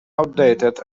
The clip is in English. outdated